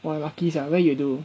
!wah! lucky sia where you do